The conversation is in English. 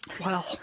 Wow